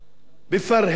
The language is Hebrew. בפרהסיה?